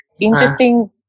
interesting